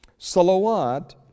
Salawat